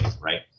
right